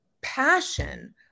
passion